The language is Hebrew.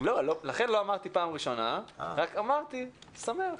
לכן לא אמרתי "פעם ראשונה", רק אמרתי שאני שמח.